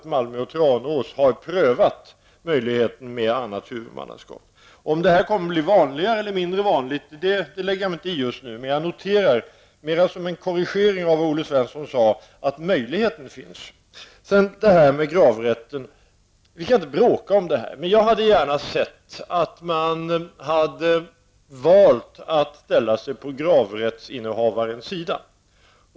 I exempelvis Malmö och Tranås har man prövat möjligheten med annat huvudmannaskap. Om detta blir vanligare eller mindre vanligt lägger jag mig inte i just nu, men jag noterar mera som en korrigering av det Olle Svensson sade att möjligheten finns. Så till frågan om gravrätten, som jag inte tycker vi skall bråka om. Jag hade gärna sett att man hade valt att ställa sig på gravrättsinnehavarens sida.